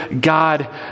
God